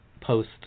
post